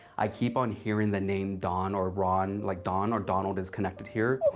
i keep on hearing the name don or ron, like don or donald is connected here.